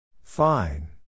Fine